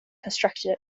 constructed